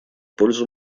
пользу